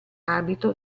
abito